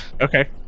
Okay